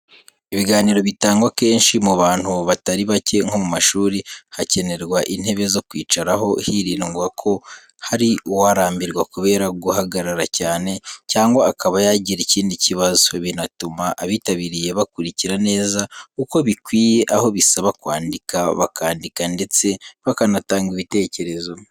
Ibiganiro bitangwa kenshi mu bantu batari bake nko mu mashuri, hakenerwa intebe zo kwicaraho hirindwa ko hari uwarambirwa kubera guhagarara cyane, cyangwa akaba yagira ikindi kibazo. Binatuma abitabiriye bakurikira neza uko bikwiye, aho bisaba kwandika bakandika ndetse bakanatanga ibitekerezo.